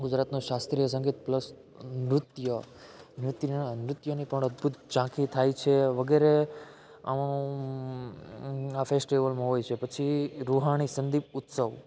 ગુજરાતનું શાસ્ત્રીય સંગીત પ્લસ નૃત્ય નૃત્યનાં નૃત્યોની પણ અદ્ભુત ઝાંખી થાય છે વગેરે આ ફેસ્ટિવલમાં હોય છે પછી રુહાની સંદીપ ઉત્સવ